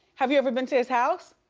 have you ever been to his house?